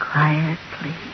Quietly